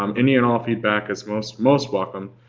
um any and all feedback is most most welcome.